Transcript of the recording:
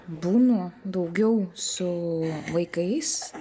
būnu daugiau su vaikais